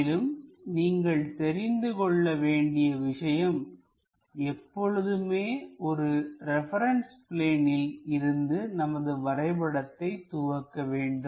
மேலும் நீங்கள் தெரிந்து கொள்ள வேண்டிய விஷயம் எப்பொழுதுமே ஒரு ரெபரன்ஸ் பிளேனில் இருந்து நமது வரைபடத்தை துவக்க வேண்டும்